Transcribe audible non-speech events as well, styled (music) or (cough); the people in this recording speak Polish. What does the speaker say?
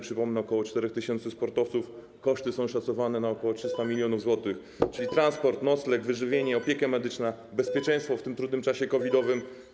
Przypomnę, ok. 4 tys. sportowców, koszty są szacowane na ok. 300 mln zł, (noise) czyli transport, nocleg, wyżywienie, opieka medyczna, bezpieczeństwo w tym trudnym czasie COVID-owym.